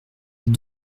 les